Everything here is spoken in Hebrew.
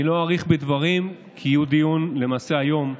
אני לא אאריך בדברים, כי יהיה דיון, למעשה היום,